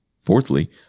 Fourthly